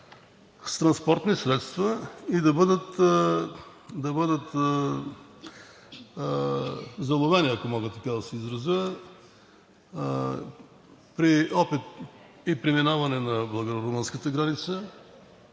с транспортни средства и да бъдат заловени, ако мога така да се изразя, при опит и преминаване на българо-румънската граница.